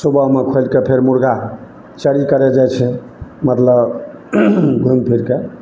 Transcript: सुबहमे खोलिकऽ फेर मुर्गा चरी करै जाइ छै मतलब घुमि फिर कऽ